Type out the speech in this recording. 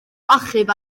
achub